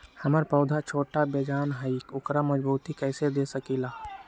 हमर पौधा छोटा बेजान हई उकरा मजबूती कैसे दे सकली ह?